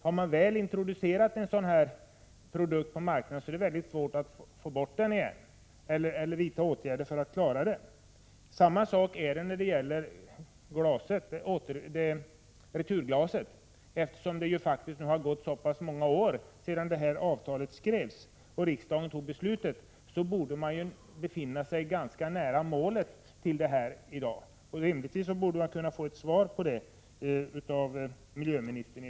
Har man väl introducerat en sådan produkt som burken på marknaden är det mycket svårt att få bort den igen eller vidta åtgärder för att klara problemen. Samma sak gäller för returglaset. Eftersom det nu gått så många år sedan avtalet skrevs och riksdagen fattade beslutet borde man i dag befinna sig ganska nära målet. Rimligtvis borde jag i dag kunna få ett svar på min fråga på den punkten av miljöministern.